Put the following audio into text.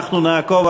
אנחנו נעקוב,